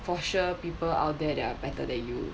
for sure people out there that are better than you